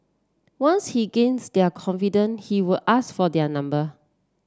once he gained their confident he will ask for their number